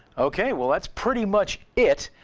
ok, well, that's pretty much it.